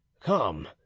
come